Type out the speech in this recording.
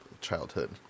childhood